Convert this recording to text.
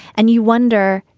and you wonder,